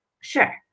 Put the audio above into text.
Sure